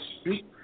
speak